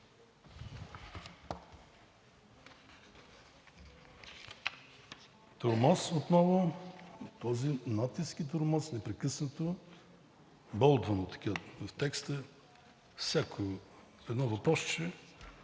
Тормоз отново. Този натиск и тормоз, непрекъснато болдван в текста. Всяко едно въпросче